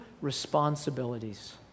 responsibilities